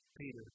Peter